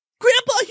grandpa